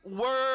word